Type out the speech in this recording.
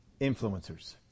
influencers